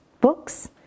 books